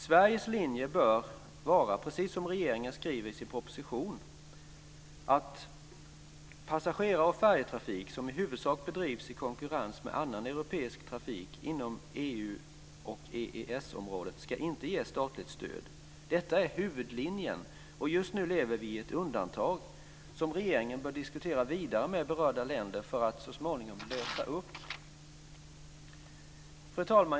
Sveriges linje bör vara, precis som regeringen skriver i sin proposition, att passageraroch färjetrafik som i huvudsak bedrivs i konkurrens med annan europeisk trafik inom EU och EES området inte ska ges statligt stöd. Detta är huvudlinjen, men just nu lever vi i ett undantag som regeringen bör diskutera vidare med berörda länder för att så småningom lösa upp. Fru talman!